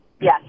Yes